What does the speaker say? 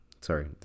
Sorry